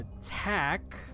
attack